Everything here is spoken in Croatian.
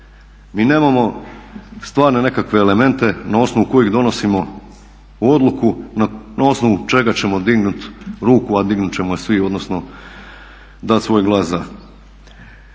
Mi nemamo stvarne nekakve elemente na osnovu kojih donosimo odluku na osnovu čega ćemo dignuti ruku a dignut ćemo je svi odnosno dat svoj glas za.